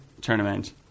tournament